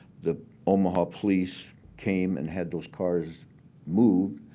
the omaha police came and had those cars moved.